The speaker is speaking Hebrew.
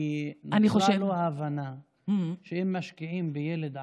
כי הייתה לו ההבנה שאם משקיעים בילד ערבי,